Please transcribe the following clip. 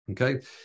Okay